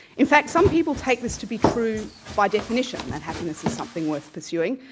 in fact some people take this to be true by definition, that happiness is something worth pursuing,